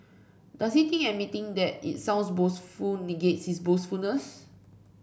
does he think admitting that it sounds boastful negates his boastfulness